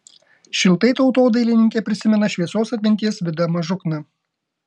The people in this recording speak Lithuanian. šiltai tautodailininkė prisimena šviesios atminties vidą mažukną